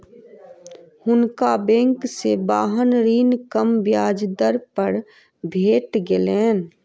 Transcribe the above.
हुनका बैंक से वाहन ऋण कम ब्याज दर पर भेट गेलैन